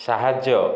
ସାହାଯ୍ୟ